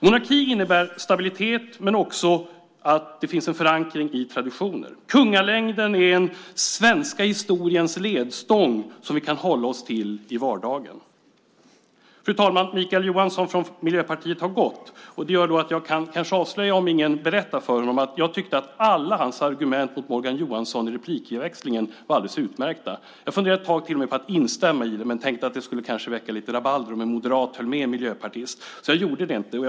Monarki innebär stabilitet men också att det finns en förankring i traditioner. Kungalängden är den svenska historiens ledstång som vi kan hålla oss till i vardagen. Fru talman! Mikael Johansson från Miljöpartiet har gått. Det gör att jag kanske kan avslöja, om ingen berättar det för honom, att jag tyckte att alla hans argument mot Morgan Johansson i replikväxlingen var alldeles utmärkta. Jag funderade ett tag till med på att instämma i det, men jag tänkte att det kanske skulle väcka lite rabalder om en moderat höll med en miljöpartist, så jag gjorde inte det.